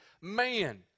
man